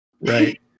Right